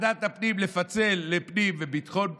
את ועדת הפנים לפצל לפנים וביטחון פנים,